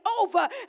over